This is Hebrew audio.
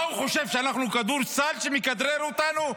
מה, הוא חושב שאנחנו כדורסל שהוא מכדרר אותנו?